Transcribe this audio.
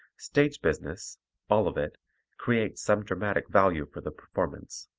stage business all of it creates some dramatic value for the performance.